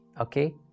okay